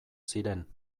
ziren